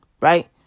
right